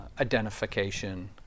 Identification